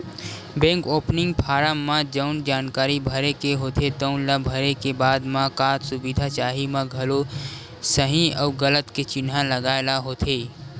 bank opening form म जउन जानकारी भरे के होथे तउन ल भरे के बाद म का का सुबिधा चाही म घलो सहीं अउ गलत के चिन्हा लगाए ल होथे